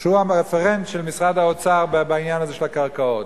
שהוא הרפרנט של משרד האוצר בעניין הזה של הקרקעות.